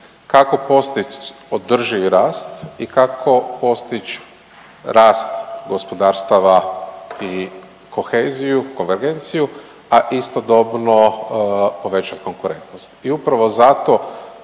kako postić održivi rast i kako postić rast gospodarstava i koheziju…/Govornik se ne razumije/…agenciju, a istodobno povećat konkurentnost i upravo zato